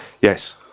Yes